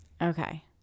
Okay